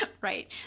Right